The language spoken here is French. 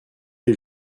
les